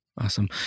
Awesome